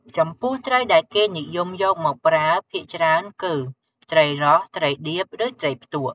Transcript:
ចំពោះ ត្រីដែលគេនិយមយកមកប្រើភាគច្រើនគឺ ត្រីរ៉ស់ ត្រីដៀប ឬ ត្រីផ្ទក់។